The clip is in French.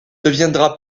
deviendra